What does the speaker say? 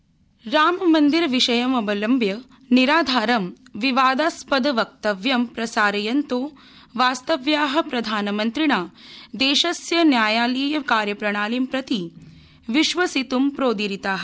प्रधानमन्त्री राम मन्दिर विषयमवलम्ब्य निराधारं विवादास्पदवक्तव्यं प्रसारयन्तो वास्तव्या प्रधानमन्त्रिणा देशस्य न्यायालयी कार्यप्रणालीं प्रति विश्वसित् प्रोदीरिता